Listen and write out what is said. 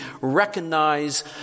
recognize